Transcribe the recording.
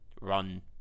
run